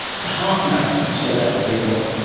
it's a half marathon, so that would be, what,